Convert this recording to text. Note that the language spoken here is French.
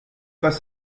pas